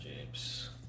James